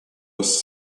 was